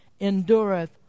endureth